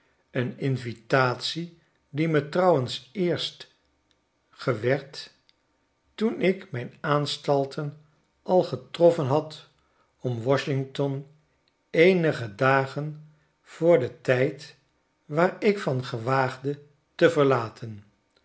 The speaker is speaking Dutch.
een invitatie die me trouwens eerst gewerd toen ik mijn aanstalten al getrotfen had om washington eenige dagen voor den tijd waar ik van gewaagde te verlaten